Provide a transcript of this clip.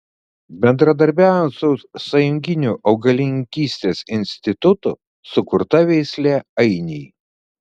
bendradarbiaujant su sąjunginiu augalininkystės institutu sukurta veislė ainiai